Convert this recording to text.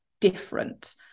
different